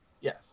Yes